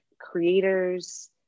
creators